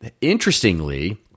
Interestingly